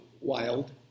wild